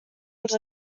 els